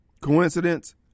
Coincidence